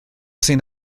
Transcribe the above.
sant